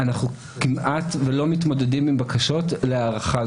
אנחנו כמעט ולא מתמודדים עם בקשות להארכה.